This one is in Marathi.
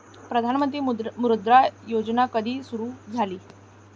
प्रधानमंत्री मुद्रा योजना कधी सुरू झाली?